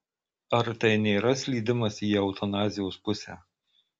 ar tai nėra slydimas į eutanazijos pusę